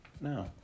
No